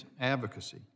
advocacy